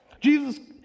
Jesus